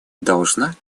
должна